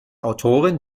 autorin